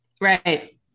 Right